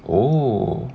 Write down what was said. oh